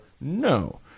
no